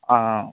ஆ ஆ